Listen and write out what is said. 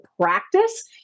practice